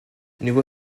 niveau